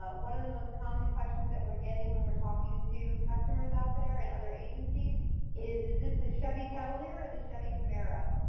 one of the most common questions that we're getting when we're talking to customers out there in other agencies is is this the chevy cavalier or the chevy camaro?